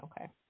okay